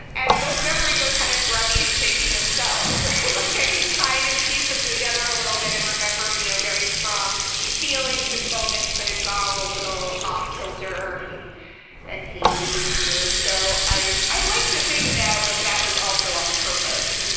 and and those memories are kind of grubby and shaky themselves. like i can kind of piece them together a little bit and remember you know very strong feelings and moments, but it's all a little off-kilter and hazy and weird. so i i like to think now that that was also on purpose.